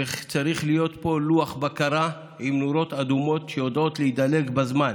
צריך להיות פה לוח בקרה עם נורות אדומות שיודעות להידלק בזמן.